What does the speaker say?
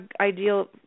ideal